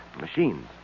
Machines